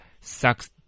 sucks